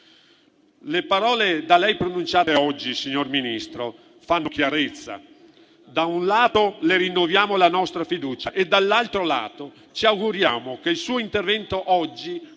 Le parole da lei pronunciate oggi, signor Ministro, fanno chiarezza. Da un lato, le rinnoviamo la nostra fiducia e, dall'altro, ci auguriamo che il suo intervento oggi